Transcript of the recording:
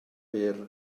byr